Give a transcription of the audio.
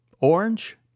Orange